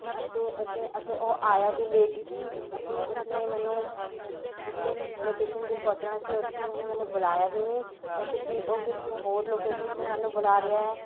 ਅਤੇ ਅਤੇ ਅਤੇ ਉਹ ਆਇਆ ਵੀ ਲੇਟ ਸੀ ਅਤੇ ਉਸਨੇ ਮੈਨੂੰ ਜਿੱਥੇ ਲੋਕੇਸ਼ਨ ਜੇ ਪਹੁੰਚਣਾ ਸੀ ਉੱਥੇ ਉਹਨਾਂ ਨੇ ਮੈਨੂੰ ਬੁਲਾਇਆ ਵੀ ਨਹੀਂ ਉੱਥੇ ਕਿ ਉਹ ਕਿਤੇ ਹੋਰ ਲੋਕੇਸ਼ਨ 'ਤੇ ਮੈਨੂੰ ਬੁਲਾ ਰਿਹਾ ਹੈ